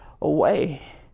away